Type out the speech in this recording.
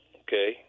okay